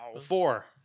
Four